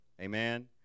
Amen